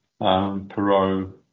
Perot